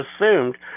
assumed